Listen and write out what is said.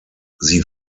sie